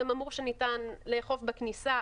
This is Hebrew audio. אז הם אמרו שניתן לאכוף בכניסה,